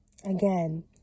again